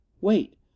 wait